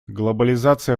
глобализация